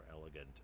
elegant